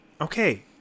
Okay